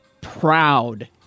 proud